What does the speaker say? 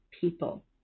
people